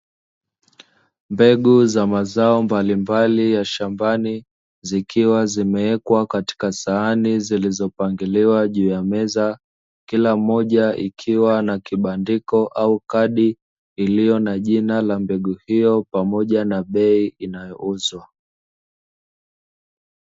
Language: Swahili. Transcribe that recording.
Mbegu za mazao mbalimbali ya shambani zikiwa zimewekwa katika sehemu zilizopangiliwa juu ya meza, kila mmoja ikiwa na kibandiko au kadi iliyo na jina la mbegu hiyo pamoja na bei inayoouzwa.